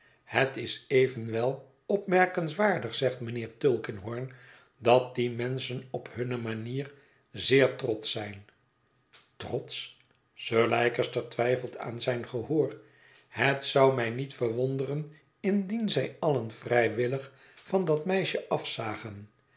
het is evenwel opmerkenswaardig zegt mijnheer tulkinghorn dat die menschen op hunne manier zeer trotsch zijn trotsch sir leicester twijfelt aan zijn gehoor het zou mij niet verwonderen indien zij allen vrijwillig van dat meisje afzagen